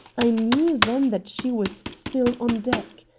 i knew then that she was still on deck.